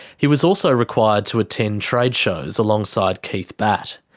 he was also required to attend trade shows alongside keith batt.